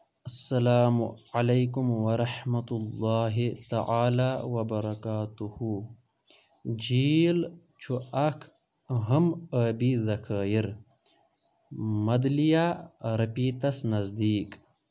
اسلام علیکم ورحمۃ اللہ تعالٰی وبرکاتہ جیٖل چھُ اکھ اَہم ٲبی ذخٲیر مدلیارپیتَس نزدیٖک